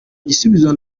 gisubizo